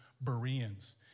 Bereans